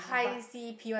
but